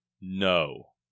No